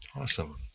awesome